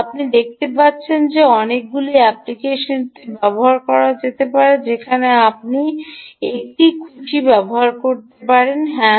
আপনি দেখতে পাচ্ছেন এটি অনেকগুলি অ্যাপ্লিকেশনটিতে ব্যবহার করা যেতে পারে যেখানে আপনি আবার এটি খুশি করতে পারেন হ্যাঁ